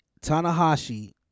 Tanahashi